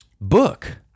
book